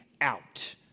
out